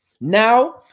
Now